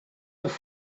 have